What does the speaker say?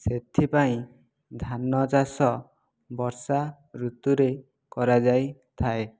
ସେଥିପାଇଁ ଧାନ ଚାଷ ବର୍ଷା ଋତୁରେ କରା ଯାଇଥାଏ